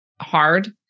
hard